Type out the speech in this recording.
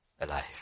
alive